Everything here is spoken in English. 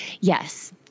Yes